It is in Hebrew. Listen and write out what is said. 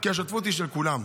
השותפות היא של כולם.